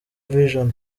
vision